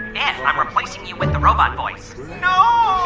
yeah i'm replacing you with the robot voice no